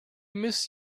miss